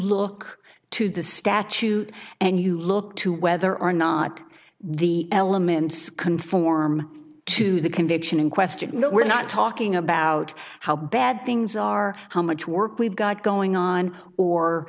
look to the statute and you look to whether or not the elements conform to the conviction in question you know we're not talking about how bad things are how much work we've got going on or